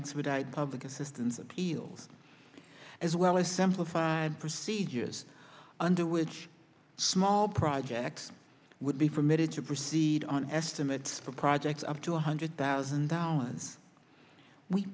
expedited public assistance appeal as well as simplified procedures under which small projects would be permitted to proceed on estimates for projects up to one hundred thousand dollars we